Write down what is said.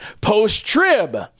post-trib